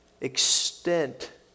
extent